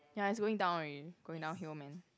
ya it's going down already going down hill man